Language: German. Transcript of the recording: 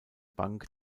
bank